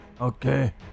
Okay